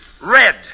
Red